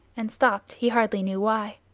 and stopped, he hardly knew why.